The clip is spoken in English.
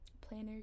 planner